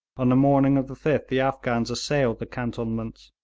on the morning of the fifth the afghans assailed the cantonments.